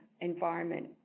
environment